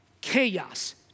Chaos